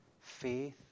Faith